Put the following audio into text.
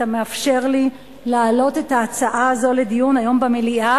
על שאתה מאפשר לי להעלות את ההצעה הזו לדיון היום במליאה,